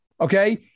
Okay